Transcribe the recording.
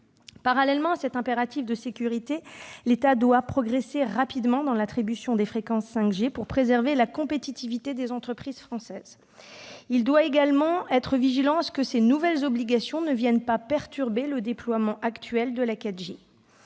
Parallèlement à cet impératif de sécurité, l'État doit progresser rapidement dans l'attribution des fréquences 5G, pour préserver la compétitivité des entreprises françaises. Il doit dans le même temps veiller ce que ces nouvelles obligations ne viennent pas perturber le déploiement actuel de la 4G.